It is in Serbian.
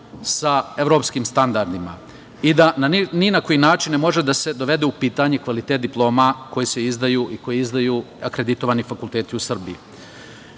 sa evropskim standardima i da ni na koji način ne može da se dovede u pitanje kvalitet diploma koje izdaju akreditovani fakulteti u Srbiji. Ovim